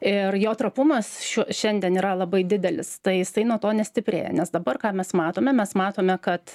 ir jo trapumas šiuo šiandien yra labai didelis tai jisai nuo to nestiprėja nes dabar ką mes matome mes matome kad